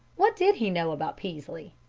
what did he know about peaslee?